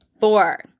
four